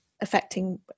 affecting